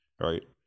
right